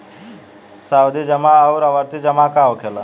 सावधि जमा आउर आवर्ती जमा का होखेला?